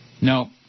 No